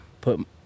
put